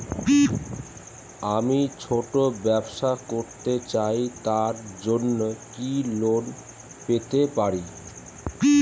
আমি ছোট ব্যবসা করতে চাই তার জন্য কি লোন পেতে পারি?